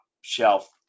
shelf